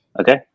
Okay